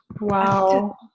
Wow